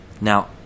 Now